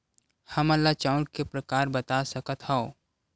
हमन ला चांउर के प्रकार बता सकत हव?